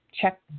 Check